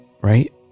right